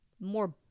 more